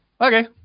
Okay